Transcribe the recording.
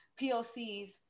POCs